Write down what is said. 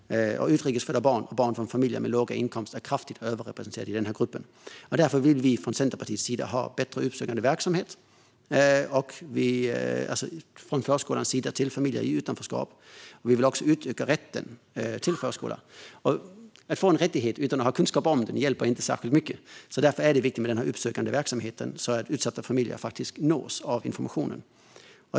Utrikes födda barn och barn från familjer med låga inkomster är kraftigt överrepresenterade i denna grupp. Därför vill vi från Centerpartiets sida ha bättre uppsökande verksamhet från förskolans sida gentemot familjer i utanförskap. Vi vill också utöka rätten till förskola. Men att få en rättighet utan att ha kunskap om den hjälper inte särskilt mycket. Därför är det viktigt med uppsökande verksamhet så att utsatta familjer faktiskt nås av informationen.